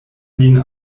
lin